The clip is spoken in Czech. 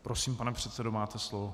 Prosím, pane předsedo, máte slovo.